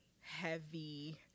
heavy